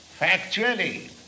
factually